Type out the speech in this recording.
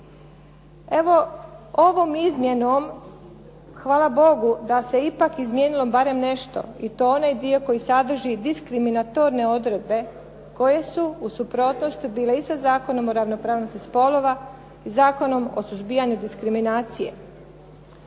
Evo, ovom izmjenom hvala Bogu da se ipak izmijenilo barem nešto i to onaj dio koji sadrži diskriminatorne odredbe koje su u suprotnosti bile i sa Zakonom o ravnopravnosti spolova, Zakonom o suzbijanju diskriminacije.